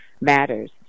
matters